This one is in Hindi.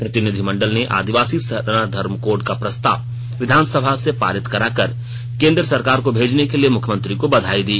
प्रतिनिधिमंडल ने आदिवासी सरना धर्म कोड का प्रस्ताव विधानसभा से पारित कराकर केन्द्र सरकार को भेजने के लिए मुख्यमंत्री को बधाई दी